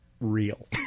real